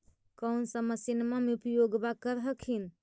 कौन सा मसिन्मा मे उपयोग्बा कर हखिन?